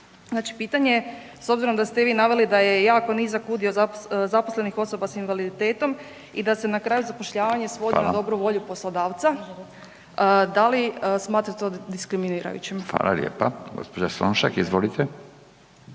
Znači, pitanje je s obzirom da ste vi naveli da je jako nizak udio zaposlenih osoba s invaliditetom i da se na kraju zapošljavanje …/Upadica: Fala/…svodi na dobru volju poslodavca, da li smatrate to diskriminirajućim? **Radin, Furio (Nezavisni)**